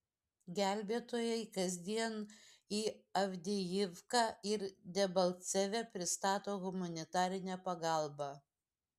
gelbėtojai kasdien į avdijivką ir debalcevę pristato humanitarinę pagalbą